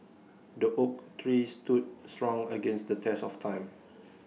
the oak tree stood strong against the test of time